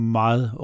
meget